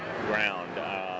ground